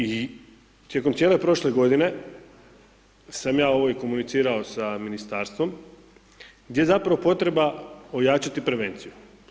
I tijekom cijele prošle godine sam ja ovo i komunicirao sa ministarstvom, gdje je zapravo potreba ojačati prevenciju.